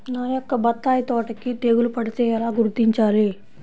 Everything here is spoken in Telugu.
నా యొక్క బత్తాయి తోటకి తెగులు పడితే ఎలా గుర్తించాలి?